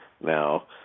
now